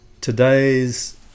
Today's